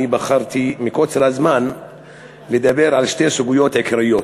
אני בחרתי מקוצר הזמן לדבר על שתי סוגיות עיקריות: